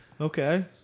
Okay